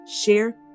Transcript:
share